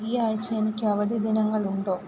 ഈ ആഴ്ച്ച എനിക്ക് അവധി ദിനങ്ങളുണ്ടോ